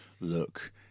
look